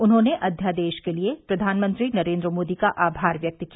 उन्होंने अध्यादेश के लिए प्रधानमंत्री नरेन्द्र मोदी का आभार व्यक्त किया